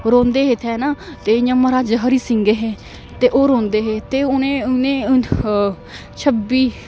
रौंह्देे इत्थै ना ते इ'यां महाराजा हरि सिंह हे ते ओह् रौंह्दे हे ते उनें उनें छब्बी